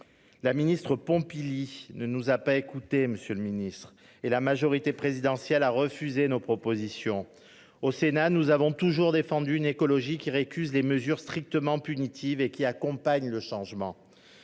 La ministre Pompili ne nous a pas écoutés et la majorité présidentielle a refusé nos propositions. Au Sénat, nous avons toujours défendu une écologie qui récuse les mesures strictement punitives et qui accompagne le changement.